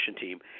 team